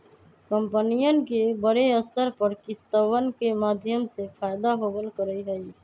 कम्पनियन के बडे स्तर पर किस्तवन के माध्यम से फयदा होवल करा हई